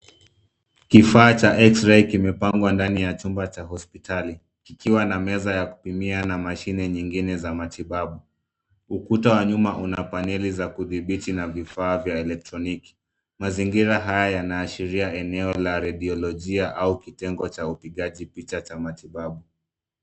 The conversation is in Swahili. Kifaa cha eksirei kimepangwa ndani ya chumba cha hospitali kikiwa na meza ya kupimia na mashine nyingine za matibabu. Ukuta wa nyuma una paneli za kudhibiti na vifaa vya elektroniki. Mazingira haya yanaashiria eneo la rediolojia au kitengo cha upigaji picha cha matibabu.